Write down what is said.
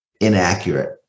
inaccurate